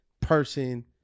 person